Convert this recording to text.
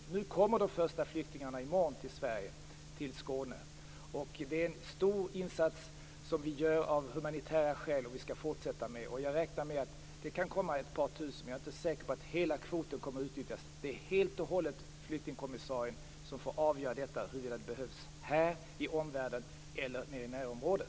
I morgon kommer de första flyktingarna till Sverige. De kommer till Skåne. Det är en stor insats som vi av humanitära skäl gör, och det skall vi fortsätta med. Jag räknar med att det kan komma ett par tusen personer men jag är inte säker på att hela kvoten kommer att utnyttjas. Det är helt och hållet flyktingkommissarien som får avgöra huruvida hjälp behövs här, i omvärlden eller nere i närområdet.